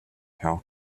how